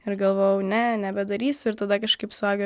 ir galvojau ne nebedarysiu ir tada kažkaip suaugę